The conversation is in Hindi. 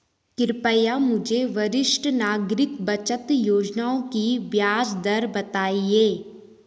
कृपया मुझे वरिष्ठ नागरिक बचत योजना की ब्याज दर बताएँ